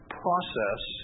process